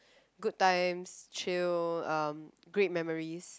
good times chill um great memories